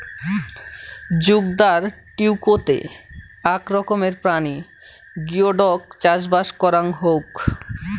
জুগদার টিকৌতে আক রকমের প্রাণী গিওডক চাষবাস করাং হউক